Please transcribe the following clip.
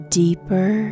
deeper